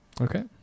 Okay